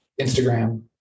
Instagram